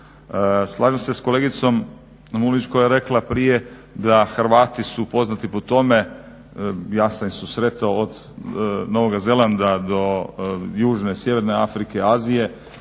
Slažem se s kolegicom Mulić koja je rekla prije da su Hrvati poznati po tome, ja sam ih susretao od Novog Zelanda do Južne i Sjeverne Afrike, Azije